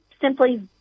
simply